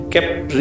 kept